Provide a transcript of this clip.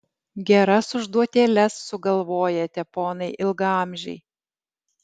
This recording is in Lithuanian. geras užduotėles sugalvojate ponai ilgaamžiai